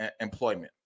employment